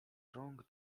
rąk